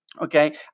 okay